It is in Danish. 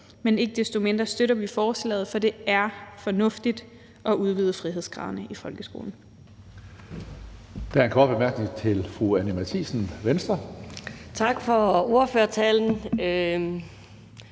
Men ikke desto mindre støtter vi forslaget, for det er fornuftigt at udvide frihedsgraderne i folkeskolen.